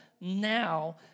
now